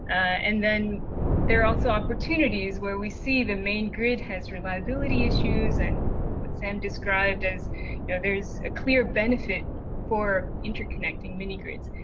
and then there are also opportunities where we see the main grid has reliability issues and what sam described as yeah there's a clear benefit for interconnecting mini-grids.